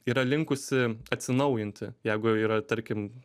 yra linkusi atsinaujinti jeigu yra tarkim